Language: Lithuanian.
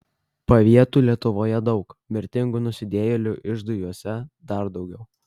pavietų lietuvoje daug mirtingų nusidėjėlių iždui juose dar daugiau